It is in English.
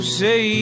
say